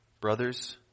Brothers